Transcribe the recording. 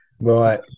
Right